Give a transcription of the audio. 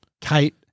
Kate